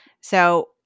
So-